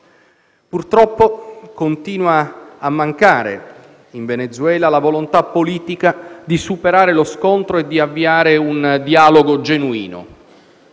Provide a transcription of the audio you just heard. Purtroppo continua a mancare, in Venezuela, la volontà politica di superare lo scontro e di avviare un dialogo genuino.